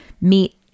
meet